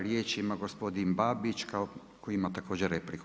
Riječ ima gospodin Babić koji ima također repliku.